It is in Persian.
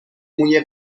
موی